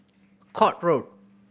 Court Road